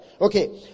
Okay